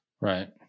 Right